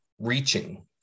reaching